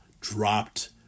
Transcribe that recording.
dropped